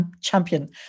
champion